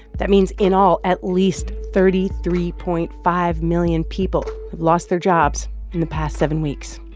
that means in all, at least thirty three point five million people have lost their jobs in the past seven weeks.